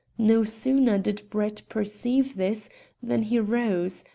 no sooner did brett perceive this than he rose,